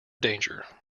danger